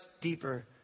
deeper